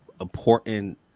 important